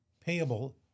payable